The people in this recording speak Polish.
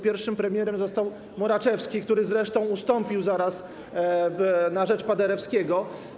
Pierwszym premierem został Moraczewski, który zresztą ustąpił zaraz na rzecz Paderewskiego.